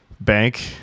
bank